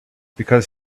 because